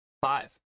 five